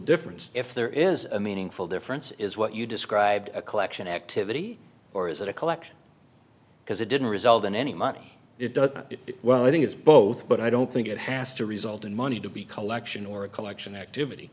difference if there is a meaningful difference is what you described a collection activity or is it a collection because it didn't result in any money it does it well i think it's both but i don't think it has to result in money to be collection or a collection activity